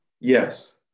Yes